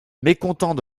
mécontent